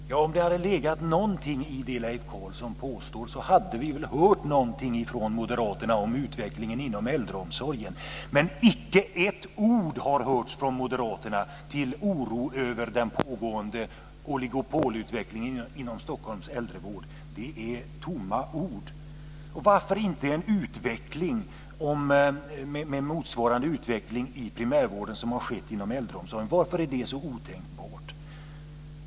Fru talman! Om det hade legat någonting i det Leif Carlson påstår hade vi väl hört någonting från Men icke ett ord har hörts från Moderaterna av oro över den pågående oligopolutvecklingen inom Stockholms äldrevård. Det är tomma ord. Varför är det så otänkbart med motsvarande utveckling i primärvården som den som har skett inom äldreomsorgen?